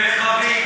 כלי רכב,